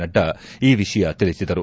ನಡ್ಡಾ ಈ ವಿಷಯ ತಿಳಿಸಿದರು